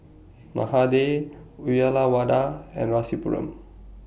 Mahade Uyyalawada and Rasipuram